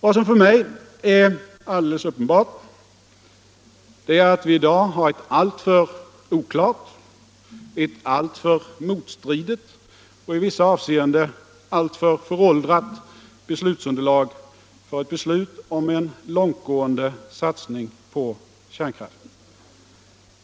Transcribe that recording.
Vad som för mig är alldeles uppenbart är att vi i dag har ett alltför oklart, ett alltför motstridigt och i vissa avseenden ett alltför föråldrat underlag för ett beslut om en långtgående satsning på kärnkraften.